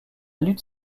butte